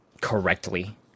correctly